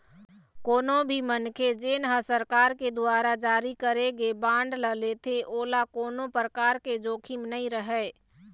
कोनो भी मनखे जेन ह सरकार के दुवारा जारी करे गे बांड ल लेथे ओला कोनो परकार के जोखिम नइ रहय